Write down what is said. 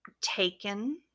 taken